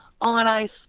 on-ice